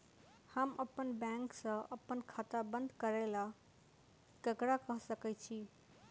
हम अप्पन बैंक सऽ अप्पन खाता बंद करै ला ककरा केह सकाई छी?